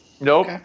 Nope